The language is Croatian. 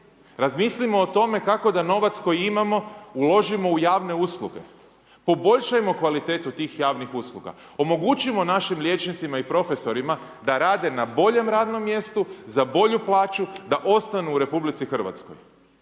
Razmislimo o tome kako da novac koji imamo uložimo u javne usluge, poboljšajmo kvalitetu tih javnih usluga, omogućimo našim liječnicima i profesorima da rade na boljem radnom mjestu, za bolju plaću, da ostanu u RH. Ovom